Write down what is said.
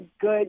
good